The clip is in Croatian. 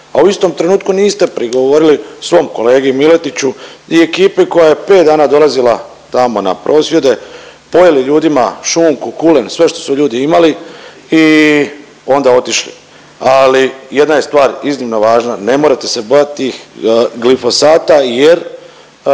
A u istom trenutku niste prigovorili svom kolegi Miletiću i ekipi koja je pet dana dolazila tamo na prosvjede, pojeli ljudima šunku, kulen, sve što su ljudi imali i onda otišli. Ali jedna je stvar iznimno važna, ne morate se bojati glifosata jer